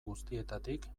guztietatik